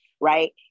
Right